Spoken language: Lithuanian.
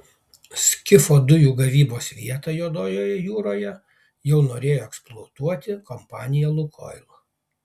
skifo dujų gavybos vietą juodojoje jūroje jau norėjo eksploatuoti kompanija lukoil